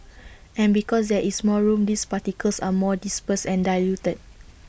and because there is more room these particles are more dispersed and diluted